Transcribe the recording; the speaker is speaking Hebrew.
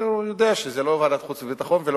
אני יודע שזה לא ועדת חוץ וביטחון ולא